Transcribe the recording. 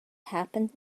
happened